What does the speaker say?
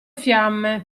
fiamme